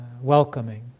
welcoming